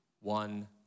one